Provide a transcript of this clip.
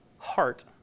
Heart